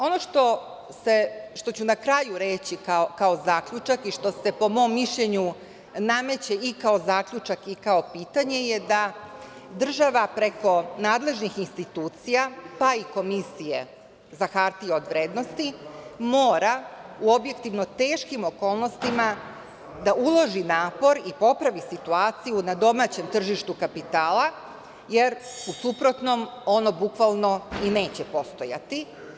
Ono što ću na kraju reći kao zaključak i što se, po mom mišljenju, nameće i kao zaključak i kao pitanje je da država, preko nadležnih institucija, pa i Komisije za hartije od vrednosti mora u objektivno teškim okolnostima da uloži napor i popravi situaciju na domaćem tržištu kapitala, jer u suprotnom ono bukvalno i neće postojati.